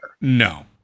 No